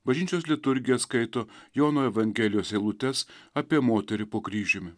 bažnyčios liturgija skaito jono evangelijos eilutes apie moterį po kryžiumi